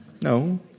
No